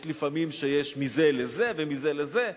יש לפעמים שיש מזה לזה ומזה לזה,